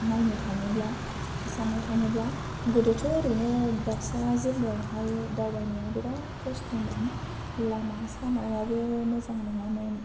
नायनो थाङोब्ला सान्नो थाङोब्ला गोदोथ' ओरैनो बाक्सा जिल्लायावहाय दावबायनायाव बेराद खस्थ'मोन लामा सामायाबो मोजां नङामोन